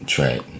Track